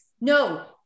No